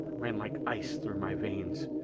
ran like ice through my veins.